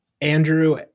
Andrew